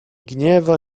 gniewa